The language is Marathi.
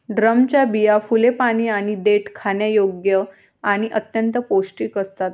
ड्रमच्या बिया, फुले, पाने आणि देठ खाण्यायोग्य आणि अत्यंत पौष्टिक असतात